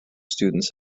students